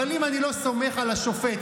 אם אני לא סומך על השופט,